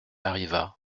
arriva